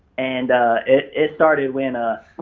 and it it started when, ah